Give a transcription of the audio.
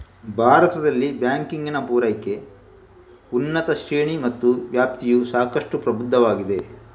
ಭಾರತದಲ್ಲಿ ಬ್ಯಾಂಕಿಂಗಿನ ಪೂರೈಕೆ, ಉತ್ಪನ್ನ ಶ್ರೇಣಿ ಮತ್ತು ವ್ಯಾಪ್ತಿಯು ಸಾಕಷ್ಟು ಪ್ರಬುದ್ಧವಾಗಿದೆ